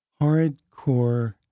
hardcore